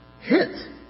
hit